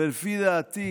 ולפי דעתי